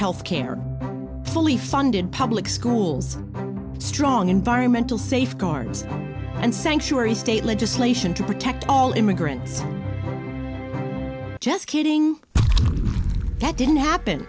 health care fully funded public schools strong environmental safeguards and sanctuary state legislation to protect all immigrants just kidding that didn't happen